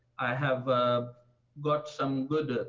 i have got some good